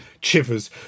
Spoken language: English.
chivers